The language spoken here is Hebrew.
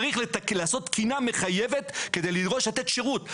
צריכים לעשות תקינה מחייבת כדי לתת שירות.